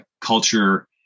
culture